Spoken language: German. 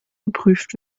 geprüft